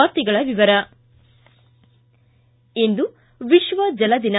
ವಾರ್ತೆಗಳ ವಿವರ ಇಂದು ವಿಶ್ವ ಜಲ ದಿನ